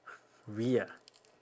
riya